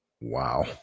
Wow